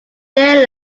their